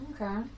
Okay